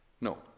No